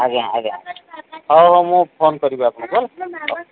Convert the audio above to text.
ଆଜ୍ଞା ଆଜ୍ଞା ହଉ ହଉ ମୁଁ ଫୋନ୍ କରିବି ଆପଣଙ୍କୁ